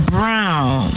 Brown